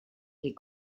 les